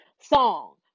song